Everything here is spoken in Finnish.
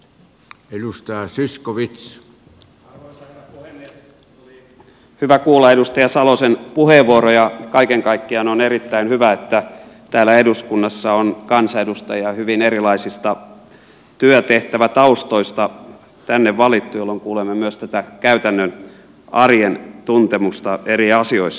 oli hyvä kuulla edustaja salosen puheenvuoro ja kaiken kaikkiaan on erittäin hyvä että tänne eduskuntaan on valittu kansanedustajia hyvin erilaisista työtehtävätaustoista jolloin kuulemme myös tätä käytännön arjen tuntemusta eri asioissa